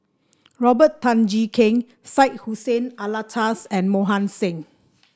Robert Tan Jee Keng Syed Hussein Alatas and Mohan Singh